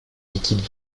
liquides